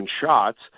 shots